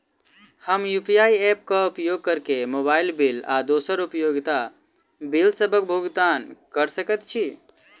हम UPI app क उपयोग करके मोबाइल बिल आ दोसर उपयोगिता बिलसबक भुगतान कर सकइत छि